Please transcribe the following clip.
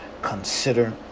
Consider